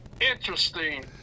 interesting